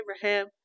Abraham